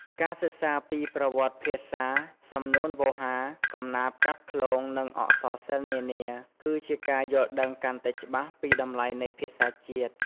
ការសិក្សាពីប្រវត្តិភាសា សំនួនវោហារ កំណាព្យកាព្យឃ្លោង និងអក្សរសិល្ប៍នានា គឺជាការយល់ដឹងកាន់តែច្បាស់ពីតម្លៃនៃភាសាជាតិ។